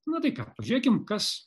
nu tai ką žiūrėkim kas